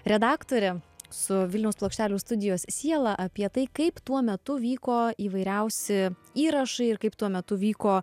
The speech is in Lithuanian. redaktore su vilniaus plokštelių studijos siela apie tai kaip tuo metu vyko įvairiausi įrašai ir kaip tuo metu vyko